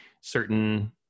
certain